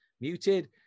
muted